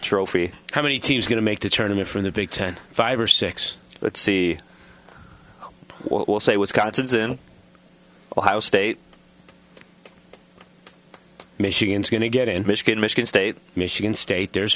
trophy how many teams going to make the tournament from the big ten five or six let's see what will say wisconsin ohio state michigan is going to get in michigan michigan state michigan state the